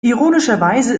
ironischerweise